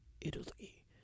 Italy